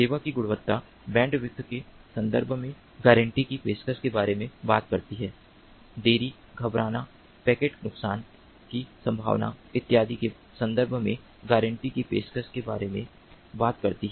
सेवा की गुणवत्ता बैंडविड्थ के संदर्भ में गारंटी की पेशकश के बारे में बात करती है देरी घबराना पैकेट नुकसान की संभावना इत्यादि के संदर्भ में गारंटी की पेशकश के बारे में बात करती है